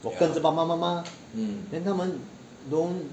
我跟着爸爸妈妈 then 他们 don't